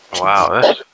Wow